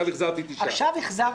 עכשיו,